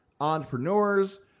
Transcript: entrepreneurs